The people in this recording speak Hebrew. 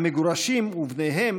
המגורשים ובניהם